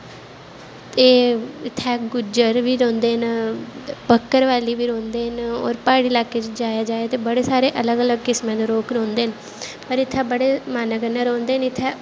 ते इत्तें गुज्जर बी रौंह्दे न ते बक्करबाल बी रौंह्द न होर प्हाड़ी लाह्कै च जाया जाए ते बड़े सारे लोग रौंह्दे न पर इत्थें बड़े मानैं कन्नैं रौंह्नदे इत्थैं